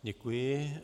Děkuji.